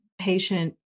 patient